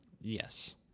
Yes